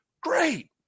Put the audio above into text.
great